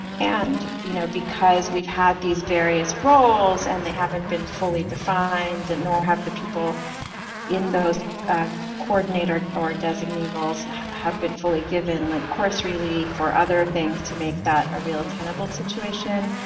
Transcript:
and you know because we've had these various roles and they haven't been fully defined and nor have the people in those coordinator or designee roles have been fully given like course really for other things, to make that a real tenable situation.